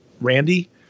Randy